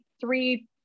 three